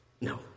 No